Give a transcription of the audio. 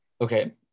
Okay